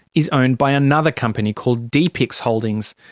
is owned by another company called depix holdings.